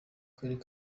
karere